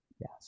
yes